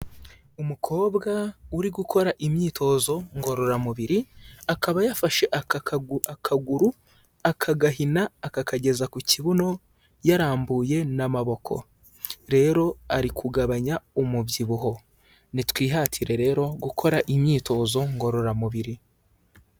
Umukobwa uri gukora imyitozo ngororamubiri, akaba yafashe akaba yafashe akaguru aka gahina akakageza ku kibuno yarambuye n'amaboko. Rero ari kugabanya umubyibuho, ni twihatire rero gukora imyitozo ngororamubiri.